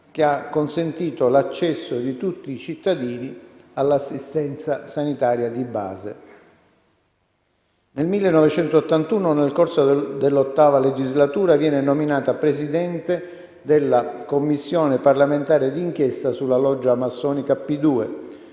che ha consentito l'accesso di tutti i cittadini all'assistenza sanitaria di base. Nel 1981, nel corso dell'VIII legislatura, viene nominata Presidente della Commissione parlamentare d'inchiesta sulla loggia massonica P2